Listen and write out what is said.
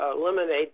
eliminate